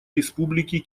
республики